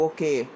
Okay